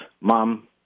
mom